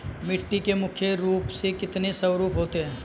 मिट्टी के मुख्य रूप से कितने स्वरूप होते हैं?